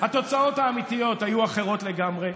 התוצאות האמיתיות היו אחרות לגמרי,